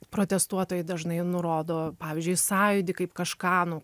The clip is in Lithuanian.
protestuotojai dažnai nurodo pavyzdžiui sąjūdį kaip kažką nuo